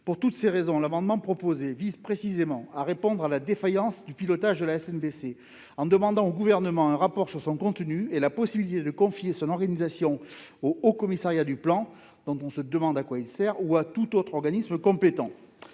sociale. Cet amendement vise précisément à répondre à la défaillance du pilotage de la SNBC en demandant au Gouvernement un rapport sur son contenu et sur la possibilité de confier son organisation au haut-commissariat au plan- dont on se demande à quoi il sert -ou à tout autre organisme compétent.